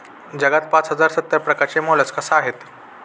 जगात पाच हजार सत्तर प्रकारचे मोलस्कास आहेत